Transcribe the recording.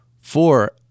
Four